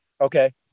okay